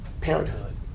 parenthood